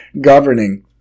governing